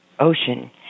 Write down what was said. ocean